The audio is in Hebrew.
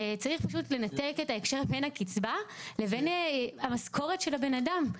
צריך פשוט לנתק את ההקשר בין הקצבה לבין המשכורת של הבן אדם.